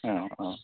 औ औ